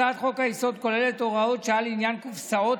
הצעת חוק-היסוד כוללת הוראת שעה לעניין קופסאות